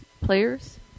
players